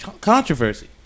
controversy